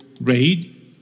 raid